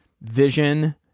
vision